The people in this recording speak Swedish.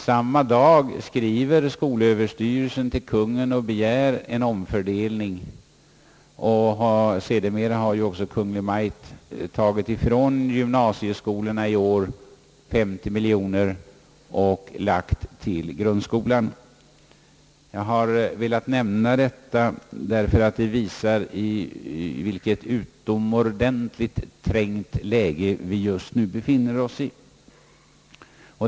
Samma dag skriver skolöverstyrelsen till Kungl. Maj:t och begär en omfördelning. Sedermera har ju också Kungl. Maj:t i år tagit från gymnasieskolorna 50 miljoner kronor och lagt på grundskolan. Jag har velat nämna detta, därför att det visar i vilket utomordentligt trängt läge vi nu befinner oss.